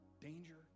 danger